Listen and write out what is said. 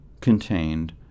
contained